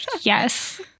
Yes